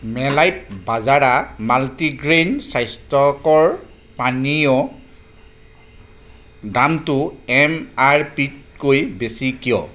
মেলাইট বাজৰা মাল্টিগ্ৰেইন স্বাস্থ্যকৰ পানীয় দামটো এম আৰ পি তকৈ বেছি কিয়